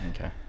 okay